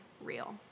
real